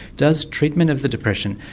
does treatment of the depression,